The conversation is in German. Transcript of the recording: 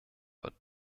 wird